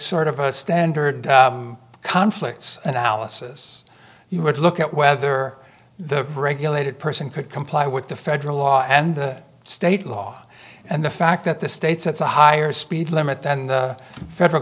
sort of a standard conflicts analysis you would look at whether the brake elated person could comply with the federal law and state law and the fact that the states it's a higher speed limit than the federal